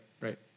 right